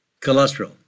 cholesterol